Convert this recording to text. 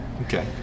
Okay